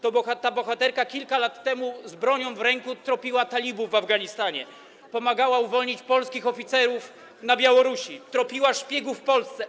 Ta bohaterka kilka lat temu z bronią w ręku tropiła talibów w Afganistanie, pomagała uwolnić polskich oficerów na Białorusi, tropiła szpiegów w Polsce.